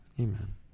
amen